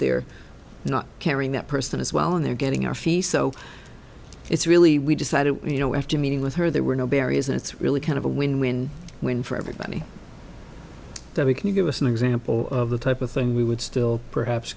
they're not carrying that person as well and they're getting our fee so it's really we decided you know after meeting with her there were no barriers and it's really kind of a win win win for everybody that we can you give us an example of the type of thing we would still perhaps